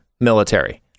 military